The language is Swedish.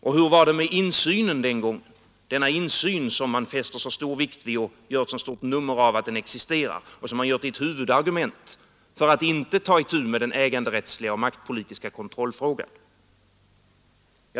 Och hur var det med insynen den gången — denna insyn som man fäster så stor vikt vid och vars existens man gör så stort nummer av, denna insyn som man gör till ett huvudargument för att inte ta itu med den äganderättsliga och maktpolitiska kontrollfrågan?